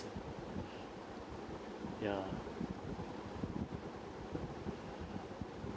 ya